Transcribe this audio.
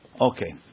Okay